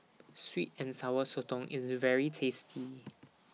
Sweet and Sour Sotong IS very tasty